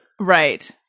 Right